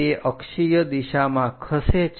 તે અક્ષીય દિશામાં ખસે છે